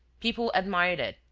people admired it,